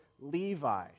Levi